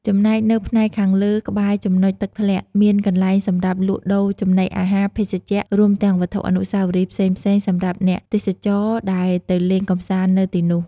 ចំណែកនៅផ្នែកខាងលើក្បែរចំណុចទឹកធ្លាក់ មានកន្លែងសម្រាប់លក់ដូរចំណីអាហារ ភេសជ្ជៈ រួមទាំងវត្ថុអនុស្សាវរីយ៍ផ្សេងៗសំរាប់អ្នកទេសចរដែលទៅលេងកម្សាន្តនៅទីនោះ។